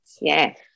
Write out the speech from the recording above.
yes